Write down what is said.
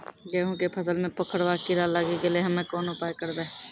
गेहूँ के फसल मे पंखोरवा कीड़ा लागी गैलै हम्मे कोन उपाय करबै?